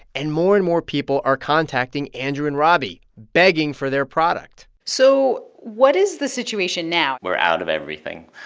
and more and more people are contacting andrew and robby, begging for their product so what is the situation now? we're out of everything.